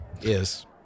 Yes